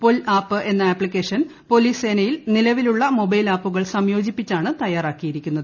പൊൽ app എന്ന application police സേനയിൽ നിലവിലുള്ള മൊബൈൽ ആപ്പുകൾ സംയോജിപ്പിച്ചാണ് തയ്യാറാക്കിയിരിക്കുന്നത്